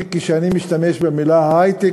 כשאני משתמש במילים "היי-טק",